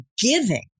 giving